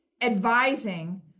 advising